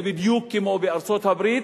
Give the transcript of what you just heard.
זה בדיוק כמו בארצות-הברית,